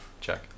Check